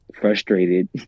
frustrated